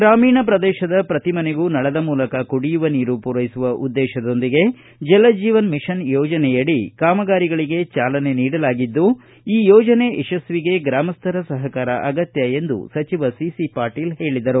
ಗ್ರಾಮೀಣ ಪ್ರದೇಶದ ಪ್ರತಿ ಮನೆಗೂ ನಳದ ಮೂಲಕ ಕುಡಿಯುವ ನೀರು ಪೂರೈಸುವ ಉದ್ದೇಶದೊಂದಿಗೆ ಜಲ ಜೀವನ ಮಿಷನ್ ಯೋಜನೆಯಡಿ ಕಾಮಗಾರಿಗಳಿಗೆ ಚಾಲನೆ ನೀಡಲಾಗಿದ್ದು ಈ ಯೋಜನೆ ಯಶಸ್ವಿಗೆ ಗ್ರಾಮಸ್ದರ ಸಪಕಾರ ಅಗತ್ತ ಎಂದು ಅವರು ಹೇಳಿದರು